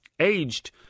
aged